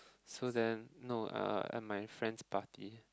so then no uh at my friend's party